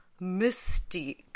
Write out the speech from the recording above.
Mystique